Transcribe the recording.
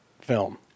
film